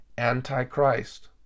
antichrist